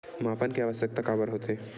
मापन के आवश्कता काबर होथे?